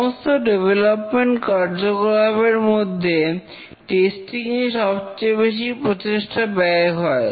সমস্ত ডেভলপমেন্ট কার্যকলাপের মধ্যে টেস্টিং এই সবচেয়ে বেশি প্রচেষ্টা ব্যয় হয়